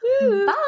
Bye